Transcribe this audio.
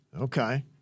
Okay